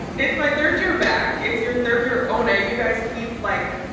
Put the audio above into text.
it's my third year back. it's your third year of own it, you guys keep like,